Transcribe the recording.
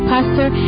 Pastor